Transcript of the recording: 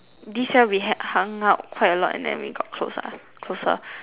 this year we had hung out quite a lot and then we got close lah closer